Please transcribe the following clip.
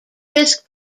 risk